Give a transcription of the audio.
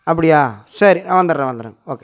அப்படியா சரி ஆ வந்துடுறேன் வந்துடுறேன் ஓகே